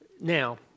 Now